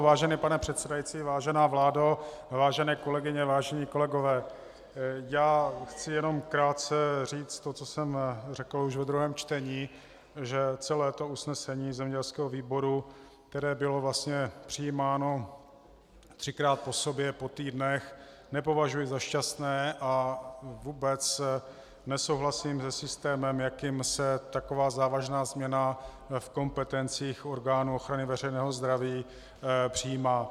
Vážený pane předsedající, vážená vládo, vážené kolegyně, vážení kolegové, já chci jenom krátce říci to, co jsem řekl už ve druhém čtení, že celé to usnesení zemědělského výboru, které bylo vlastně přijímáno třikrát po sobě po týdnech, nepovažuji za šťastné a vůbec nesouhlasím se systémem, jakým se taková závažná změna v kompetencích orgánů ochrany veřejného zdraví přijímá.